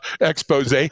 expose